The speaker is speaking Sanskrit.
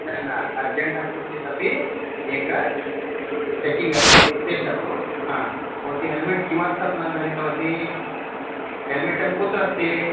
न न अर्जेण्ट् अस्ति चेदपि एकं चेकिङ्ग् अस्ति तिष्ठतु हा भवती हेल्मेट् किमर्थं न धृतवती हेल्मेटं कुत्र अस्ति